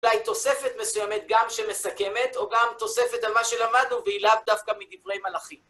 אולי תוספת מסוימת גם שמסכמת, או גם תוספת על מה שלמדנו, והיא לאו דווקא מדברי מלאכים.